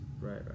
Right